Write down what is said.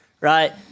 right